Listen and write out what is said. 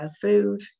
food